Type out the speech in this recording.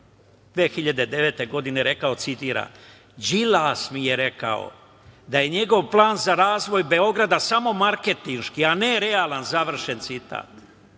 2009. godine rekao: „Đilas mi je rekao da je njegov plan za razvoj Beograda samo marketinški, a ne realan“.Jel tačno,